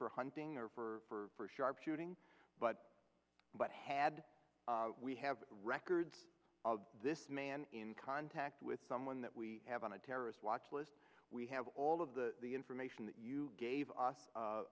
for hunting or for sharp shooting but but had we have records of this man in contact with someone that we have on a terrorist watch list we have all of the the information that you gave us